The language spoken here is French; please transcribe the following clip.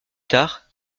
tard